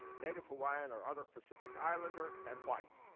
native hawaiian or other pacific islander and white.